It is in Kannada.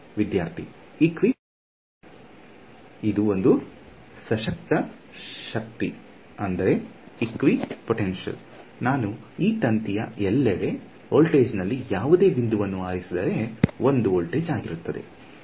ವಿದ್ಯಾರ್ಥಿ ಈಕ್ವಿ ಪೊಟೆನ್ಶಿಯಲ್ ಇದು ಒಂದು ಸಶಕ್ತ ಶಕ್ತಿ ಈಕ್ವಿಪೊಟೆನ್ಶಿಯಲ್ ನಾನು ಈ ತಂತಿಯ ಎಲ್ಲೆಡೆ ವೋಲ್ಟೇಜ್ನಲ್ಲಿ ಯಾವುದೇ ಬಿಂದುವನ್ನು ಆರಿಸಿದರೆ 1 ವೋಲ್ಟೇಜ್ ಆಗಿರುತ್ತದೆ